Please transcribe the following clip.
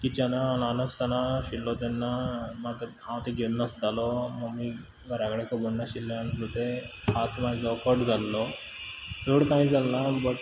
Kitchener ल्हान आसताना आशिल्लो तेन्ना म्हाका हांव ती घेन नाचतालो आनी घरा कडेन खबर नाशिल्लें आनी सो तें हात म्हाजो कट जाल्लो चड कांय जाल ना बट